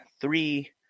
three